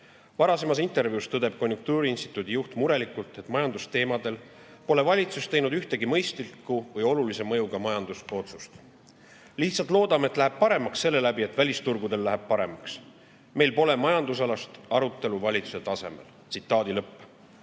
varasemas intervjuus tõdes konjunktuuriinstituudi juht murelikult: "Majandusteemadel pole valitsus teinud ühtegi mõistlikku või olulise mõjuga majandusotsust. Lihtsalt loodame, et läheb paremaks selle läbi, et välisturgudel läheb paremaks [---]. Meil pole majandusalast arutelu valitsuse tasemel." Ain